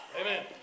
Amen